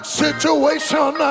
situation